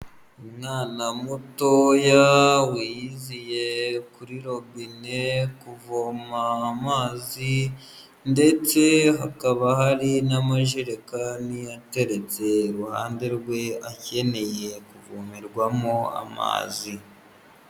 Umwana mutoya wiyiziye kuri robine kuvoma amazi, ndetse hakaba hari n'amajererekani ateretse iruhande rwe akeneye kuvomerwamo amazi.